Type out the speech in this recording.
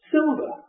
Silver